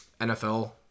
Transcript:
NFL